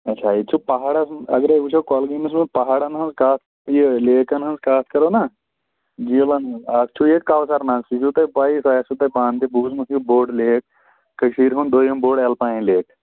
اَچھا ییٚتہِ چھُو پَہاڑس اگرَے وٕچھو کۄلگٲمِس منٛز پَہاڑَن ہٕنٛز کَتھ یہِ لیکن ہٕنٛز کَتھ کَرو نَہ جیٖلَن منٛز اَکھ چھُو ییٚتہِ کوثر ناگ سُہ چھُو تۄہہِ پَیی تۄہہِ آسِوٕ تۄہہِ پانہٕ تہِ بوٗزمُت یہِ بوٚڈ لیک کٔشیٖرِ ہُنٛد دوٚیِم بوٚڈ اٮ۪لپایِن لیک